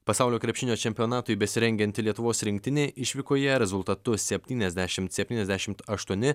pasaulio krepšinio čempionatui besirengianti lietuvos rinktinė išvykoje rezultatu septyniasdešim septyniasdešimt aštuoni